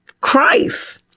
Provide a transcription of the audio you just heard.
Christ